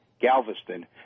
galveston